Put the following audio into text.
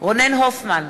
רונן הופמן,